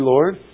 Lord